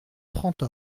trente